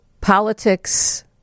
politics